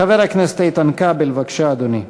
חבר הכנסת איתן כבל, בבקשה, אדוני.